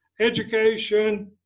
education